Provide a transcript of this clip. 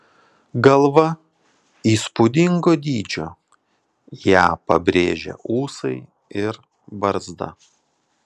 galva įspūdingo dydžio ją pabrėžia ūsai ir barzda